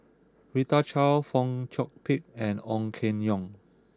Rita Chao Fong Chong Pik and Ong Keng Yong